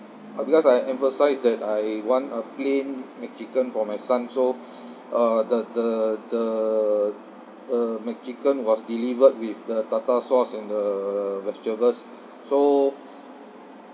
uh because I emphasise that I want a plain mcchicken for my son so uh the the the the mcchicken was delivered with the tartar sauce and the vegetables so